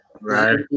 right